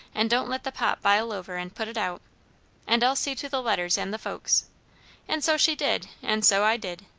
and don't let the pot bile over and put it out and i'll see to the letters and the folks and so she did, and so i did.